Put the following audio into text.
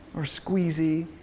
or squeezy,